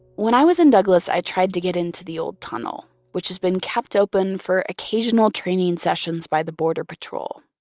when i was in douglas, i tried to get into the old tunnel, which has been kept open for occasional training sessions by the border patrol.